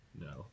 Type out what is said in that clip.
No